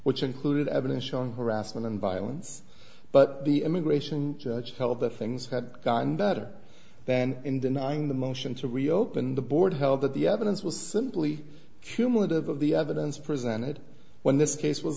which included evidence showing harassment and violence but the immigration judge held the things had gotten better then in denying the motion to reopen the board held that the evidence was simply cumulative of the evidence presented when this case was